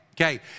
Okay